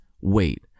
Wait